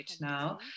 now